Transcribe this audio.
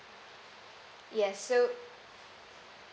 yes so